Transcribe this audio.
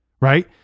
Right